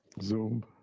Zoom